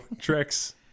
tricks